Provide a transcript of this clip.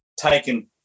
taken